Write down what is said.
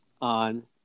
on